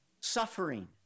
suffering